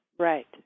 Right